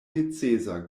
necesa